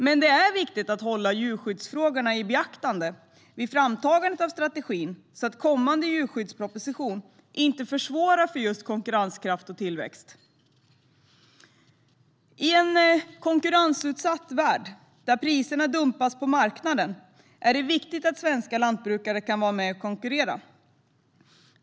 Men det är viktigt att ha djurskyddsfrågorna i beaktande vid framtagandet av strategin så att kommande djurskyddsproposition inte försvårar för just konkurrenskraft och tillväxt. I en konkurrensutsatt värld där priser dumpas på marknaden är det viktigt att svenska lantbrukare kan vara med och konkurrera.